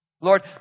Lord